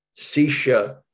Sisha